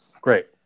Great